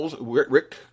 Rick